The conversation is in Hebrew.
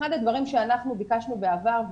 אחד הדברים שאנחנו ביקשנו בעבר,